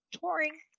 touring